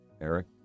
Eric